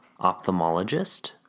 ophthalmologist